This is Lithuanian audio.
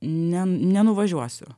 ne nenuvažiuosiu